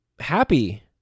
happy